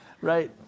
Right